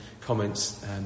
comments